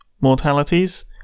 mortalities